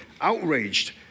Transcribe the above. outraged